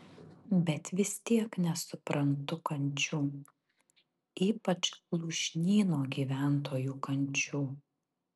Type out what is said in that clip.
bet vis tiek nesuprantu kančių ypač lūšnyno gyventojų kančių